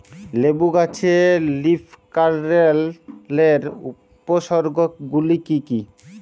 লেবু গাছে লীফকার্লের উপসর্গ গুলি কি কী?